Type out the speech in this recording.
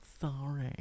sorry